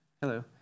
Hello